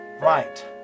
right